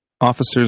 Officers